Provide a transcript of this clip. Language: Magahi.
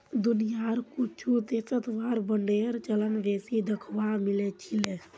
दुनियार कुछु देशत वार बांडेर चलन बेसी दखवा मिल छिले